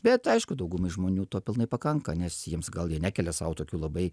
bet aišku daugumai žmonių to pilnai pakanka nes jiems gal jie nekelia sau tokių labai